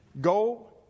go